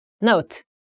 Note